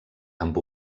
amb